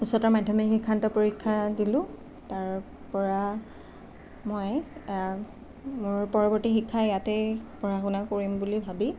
উচ্চতৰ মাধ্যমিক শিক্ষান্ত পৰীক্ষা দিলোঁ তাৰ পৰা মই মোৰ পৰবৰ্তী শিক্ষা ইয়াতেই পঢ়া শুনা কৰিম বুলি ভাবি